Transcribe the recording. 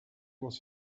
was